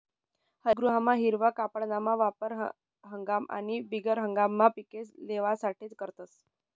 हरितगृहमा हिरवा कापडना वापर हंगाम आणि बिगर हंगाममा पिके लेवासाठे करतस